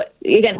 again